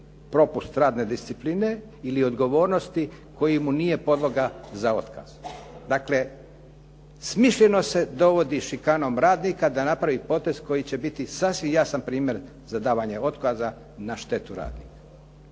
propust radne discipline, ili odgovornosti koji mu nije podloga za otkaz. Dakle, smišljeno se dovodi šikanom radnika da napravi potez koji će biti sasvim jasan primjer za davanje otkaza na štetu radnika.